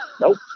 nope